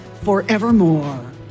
forevermore